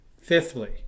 Fifthly